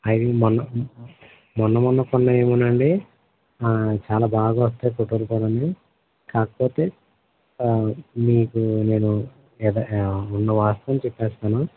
అవి మొన్న మొన్న మొన్న కొన్నవేమోనండి చాలా బాగ వస్తాయ్ ఫోటోలు కానివ్వండి కాకపోతే మీకు నేను యదా ఉన్న వాస్తవం చెప్పేస్తాను